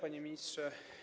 Panie Ministrze!